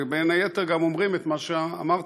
ובין היתר גם אומרים את מה שאמרת,